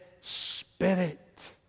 Spirit